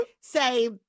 say